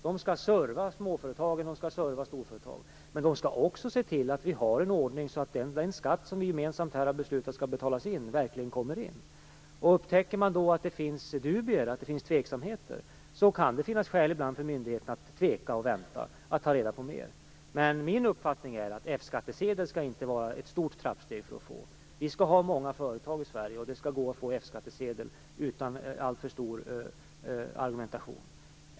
De skall serva småföretagen och storföretagen, men de skall också se till att den skatt som vi här gemensamt har beslutat skall betalas in verkligen kommer in. Upptäcker myndigheterna då att det finns dubier, att det finns tveksamheter, kan det ibland finnas skäl att tveka och vänta, att ta reda på mer. Min uppfattning är ändå att F-skattsedeln inte skall vara svår att få. Vi skall ha många företag i Sverige, och det skall gå att få F-skattsedel utan alltför stor argumentation.